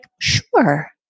sure